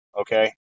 okay